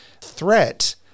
threat